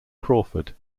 crawford